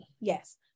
Yes